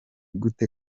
gute